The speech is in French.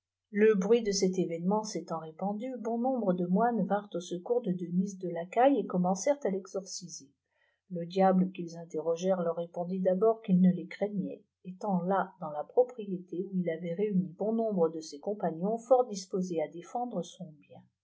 he hxviii de éet événement s'étant répandu bon nombre de iu ine vinrent au secours de denysc de lacaille et commencèrpt à teikoreiser le disle quik interrogèrent leur répondît d'abord qu'une les craignait étant là daçs la propriété où il avait réuni bori noinbre de ses compagnons fort disposés à défendre son bien